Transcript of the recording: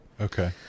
Okay